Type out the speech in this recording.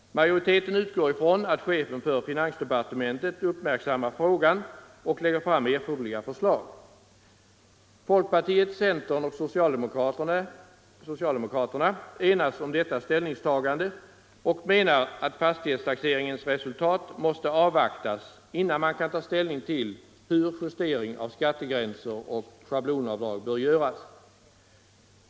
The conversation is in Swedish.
Majoriteten utgår ifrån att chefen för finansdepartementet uppmärksammar frågan och lägger fram erforderliga förslag. Folkpartiet, centern och socialdemokraterna har enats om detta ställningstagande och menar att fastighetstaxeringens resultat måste avvaktas innan man kan ta ställning till hur justering av skattegränser och schablonavdrag bör göras.